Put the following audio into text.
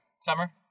Summer